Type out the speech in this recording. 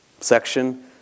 section